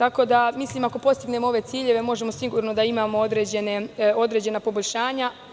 Ako postignemo ove ciljeve, možemo sigurno da imamo određena poboljšanja.